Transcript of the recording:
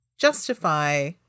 justify